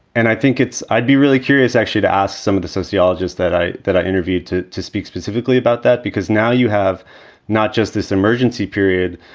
and i think it's. i'd be really curious actually to ask some of the sociologists that i that i interviewed, too, to speak specifically about that, because now you have not just this emergency period,